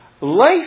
life